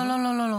לא, לא.